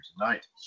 tonight